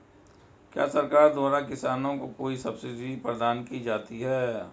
क्या सरकार द्वारा किसानों को कोई सब्सिडी प्रदान की जाती है?